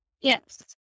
Yes